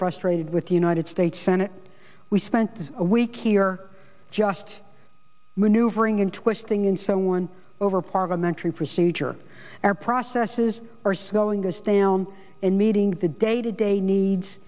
frustrated with the united states senate we spent a week or just maneuvering and twisting in some one over parliamentary procedure our processes are slowing us down and meeting the day to day needs